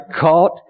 caught